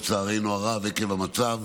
לצערנו הרב, עקב המצב